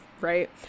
Right